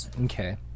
Okay